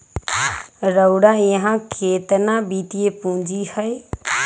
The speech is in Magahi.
रउरा इहा केतना वित्तीय पूजी हए